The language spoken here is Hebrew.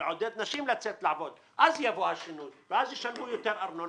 ולעודד נשים לצאת לעבוד ואז יבוא השינוי ואז ישלמו יותר ארנונה,